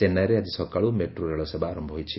ଚେନ୍ନାଇରେ ଆଜି ସକାଳୁ ମେଟ୍ରୋ ରେଳସେବା ଆରମ୍ଭ ହୋଇଛି